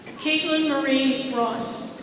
katelyn marie ross.